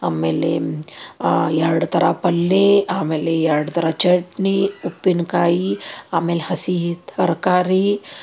ಆಮೇಲೆ ಎರಡು ಥರ ಪಲ್ಲೆ ಆಮೇಲೆ ಎರಡು ಥರ ಚಟ್ನಿ ಉಪ್ಪಿನಕಾಯಿ ಆಮೇಲೆ ಹಸಿ ತರಕಾರಿ